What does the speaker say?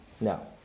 No